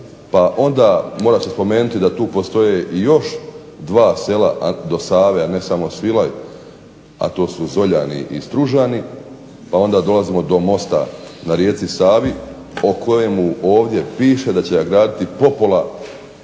pa onda mora se spomenuti da tu postoje još dva sela do Save, a ne samo Svilaj, a to su Zoljani i Stružani pa onda dolazimo do mosta na rijeci Savi o kojemu ovdje piše da će ga graditi popola RH